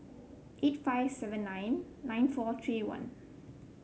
eight five seven nine nine four three one